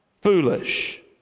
foolish